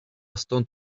stąd